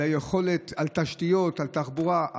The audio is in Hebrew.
על תשתיות, על תחבורה.